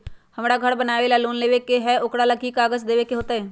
हमरा घर बनाबे ला लोन लेबे के है, ओकरा ला कि कि काग़ज देबे के होयत?